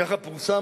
ככה פורסם,